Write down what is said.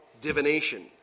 divination